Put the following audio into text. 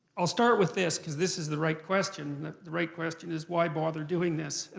i'll start with this because this is the right question. the right question is why bother doing this.